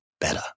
better